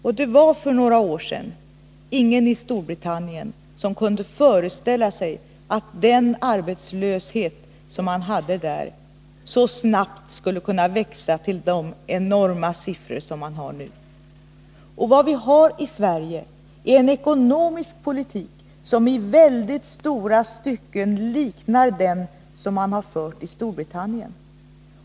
Ingen i Storbritannien kunde för några år sedan föreställa sig att den arbetslöshet man hade så snabbt skulle kunna växa till de enorma siffror man nu har. Vad vi har i Sverige är en ekonomisk politik som i väldigt stora stycken liknar den som man har fört i Storbritannien.